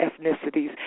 ethnicities